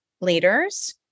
leaders